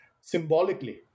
symbolically